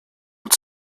und